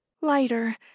lighter